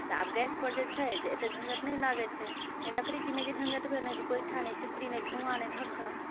तऽ आब गैसपर जे छै जे एतेक झञ्झट नहि लागैत छै नहि लकड़ी कीनयके झञ्झट भेल नहि गोइठा नहि चिपरी नहि धुआँ नहि धक्कड़